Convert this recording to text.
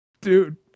dude